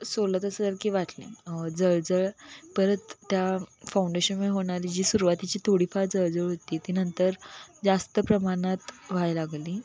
सोलत असेल सारखी वाटली जळजळ परत त्या फाऊंडेशनमुळे होणारी जी सुरुवातीची थोडीफार जळजळ होती ती नंतर जास्त प्रमाणात व्हायला लागली